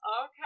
Okay